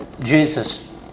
Jesus